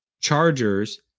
Chargers